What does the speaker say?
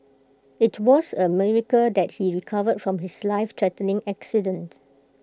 IT was A miracle that he recovered from his lifethreatening accident